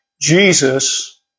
Jesus